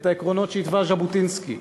את העקרונות שהתווה ז'בוטינסקי.